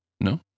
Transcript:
No